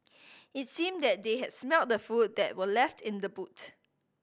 it seemed that they had smelt the food that were left in the boot